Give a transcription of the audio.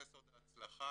זה סוד ההצלחה.